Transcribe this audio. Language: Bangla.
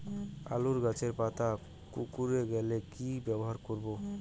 আলুর গাছের পাতা কুকরে গেলে কি ব্যবহার করব?